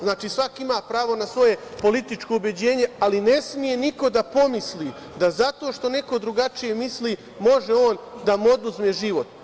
Znači, svako ima pravo na svoje političko ubeđenje, ali ne sme niko da pomisli da zato što neko drugačije misli može on da mu oduzme život.